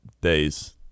days